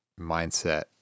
mindset